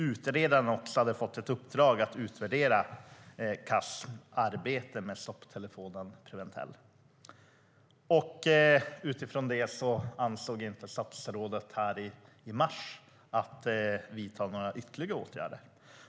Utredaren har också fått ett uppdrag att utvärdera Casms arbete med stopptelefonen Preventell. Utifrån detta avsåg statsrådet i mars inte att vidta några ytterligare åtgärder.